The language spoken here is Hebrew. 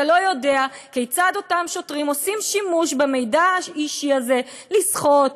אתה לא יודע כיצד אותם שוטרים עושים שימוש במידע האישי הזה לסחוט,